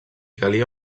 calia